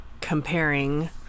comparing